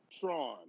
Tron